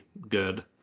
good